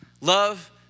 Love